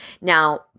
Now